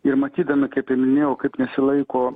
ir matydami kaip ir minėjau kaip nesilaiko